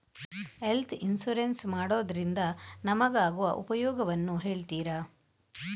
Health insurance ಮಾಡೋದ್ರಿಂದ ನಮಗಾಗುವ ಉಪಯೋಗವನ್ನು ಹೇಳ್ತೀರಾ?